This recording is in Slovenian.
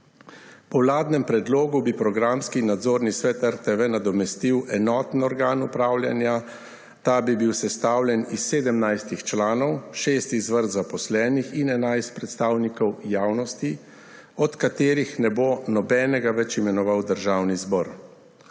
Po vladnem predlogu bi programski nadzorni svet RTV nadomestil enoten organ upravljanja, ta bi bil sestavljen iz 17 članov, 6 iz vrst zaposlenih in 11 predstavnikov javnosti, od katerih ne bo nobenega več imenoval državni zbor.